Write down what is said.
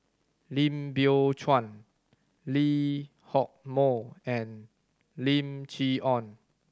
Lim Biow Chuan Lee Hock Moh and Lim Chee Onn